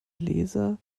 leser